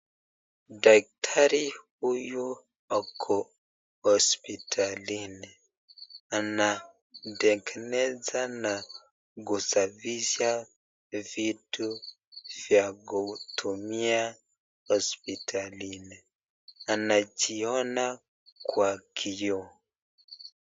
Daktari huyu ako hospitalini, anategeneza na kusafisha vitu vya kutumia hospitalini. Anajiona kwa kioo.